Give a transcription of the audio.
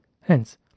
Hence